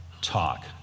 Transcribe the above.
talk